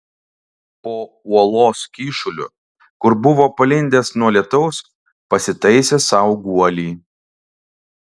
po uolos kyšuliu kur buvo palindęs nuo lietaus pasitaisė sau guolį